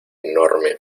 enorme